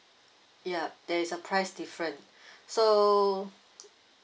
ya there is a price different so